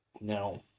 Now